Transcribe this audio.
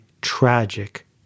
tragic